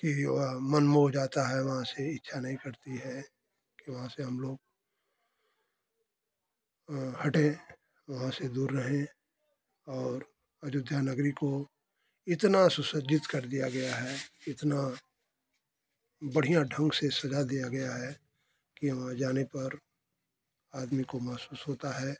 कि वह मन मोह जाता है वहाँ से इच्छा नहीं करती है कि वहाँ से हम लोग हटें वहाँ से दूर रहें और अयोध्या नगरी को इतना सुसज्जित कर दिया गया है इतना बढ़िया ढंग से सजा दिया गया है कि वहाँ जाने पर आदमी को महसूस होता है